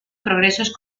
progresos